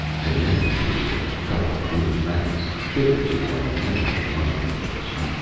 the men created a couple of new ranks, thitherto unknown to the army regulations,